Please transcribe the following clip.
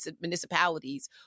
municipalities